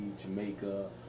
Jamaica